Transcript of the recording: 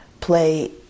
play